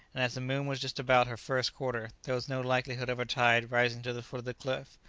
and as the moon was just about her first quarter there was no likelihood of a tide rising to the foot of the cliff.